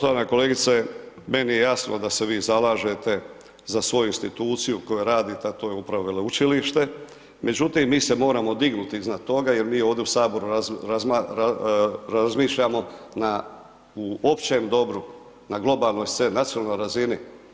Poštovana kolegice, meni je jasno da se vi zalažete za svoju instituciju u kojoj radite, a to je upravo Veleučilište, međutim mi se moramo dignuti iznad toga, jer mi ovdje u Saboru razmišljamo na, u općem dobru, na globalnoj sceni, nacionalnoj razini.